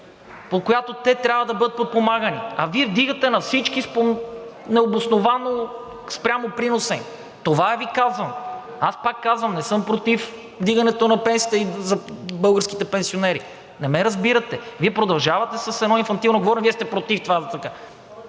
по която те трябва да бъдат подпомагани, а Вие вдигате на всички необосновано спрямо приноса им. Това Ви казвам. Аз, пак казвам, не съм против вдигането на пенсиите на българските пенсионери, не ме разбирате. Вие продължавате с едно инфантилно говорене – Вие сте против това.